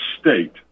state